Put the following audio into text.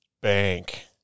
bank